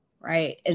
right